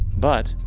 but,